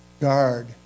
Guard